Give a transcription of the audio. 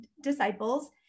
disciples